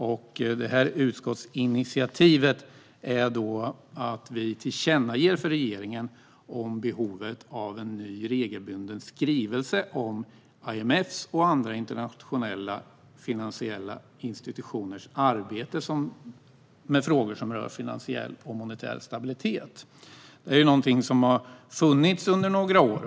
Vi har ett tillkännagivande till regeringen om behovet av en ny regelbunden skrivelse om IMF:s och andra internationella finansiella institutioners arbete med frågor som rör finansiell och monetär stabilitet. Detta är någonting som har funnits under några år.